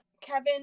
Kevin